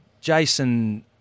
Jason